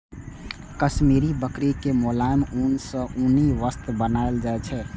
काश्मीरी बकरी के मोलायम ऊन सं उनी वस्त्र बनाएल जाइ छै